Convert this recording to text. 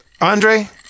Andre